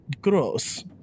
Gross